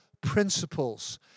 principles